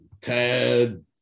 Ted